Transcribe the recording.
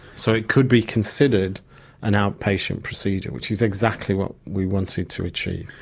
so it could be considered an outpatient procedure, which is exactly what we wanted to achieve.